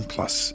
Plus